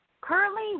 Currently